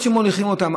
עד שמוליכים אותן,